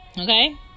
okay